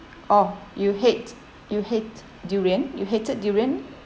oh you hate you hate durian you hated durian